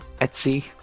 Etsy